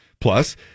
Plus